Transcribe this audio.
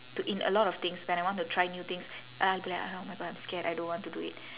to in a lot of things when I want to try new things and I'll be like oh my god I'm scared I don't want to do it